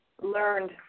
learned